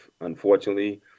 Unfortunately